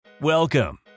Welcome